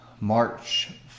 March